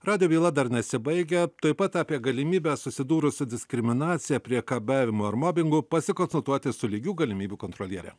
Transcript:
radijo byla dar nesibaigia tuoj pat apie galimybę susidūrus su diskriminacija priekabiavimu ar mobingu pasikonsultuoti su lygių galimybių kontroliere